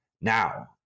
Now